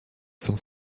sans